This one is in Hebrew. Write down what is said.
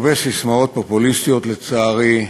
הרבה ססמאות פופוליסטיות, לצערי,